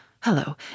hello